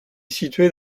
située